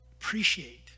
Appreciate